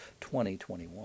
2021